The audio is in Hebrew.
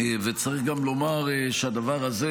וצריך גם לומר שהדבר הזה,